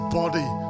body